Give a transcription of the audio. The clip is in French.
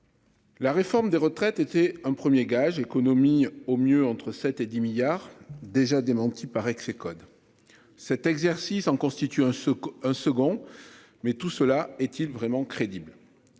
La réforme des retraites était un 1er gage économie au mieux entre 7 et 10 milliards déjà démenti par ex aequo d'. Cet exercice en constitue un ce. Un second. Mais tout cela est-il vraiment crédible.